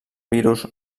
virus